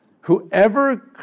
Whoever